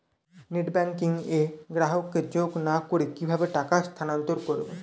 Net banking এ গ্রাহককে যোগ না করে কিভাবে টাকা স্থানান্তর করব?